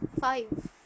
Five